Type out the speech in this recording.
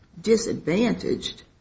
disadvantaged